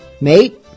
mate